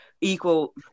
equal